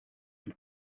vom